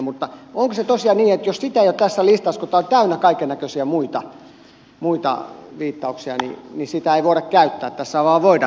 mutta onko se tosiaan niin että jos sitä ei ole tässä listassa kun tämä on täynnä kaikennäköisiä muita viittauksia niin sitä ei voida käyttää tässä